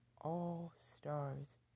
all-stars